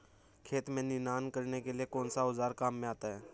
खेत में निनाण करने के लिए कौनसा औज़ार काम में आता है?